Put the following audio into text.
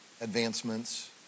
advancements